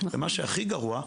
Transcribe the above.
ומה שהכי גרוע,